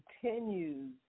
continues